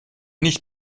nicht